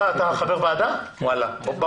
חבר הכנסת קרעי, אתה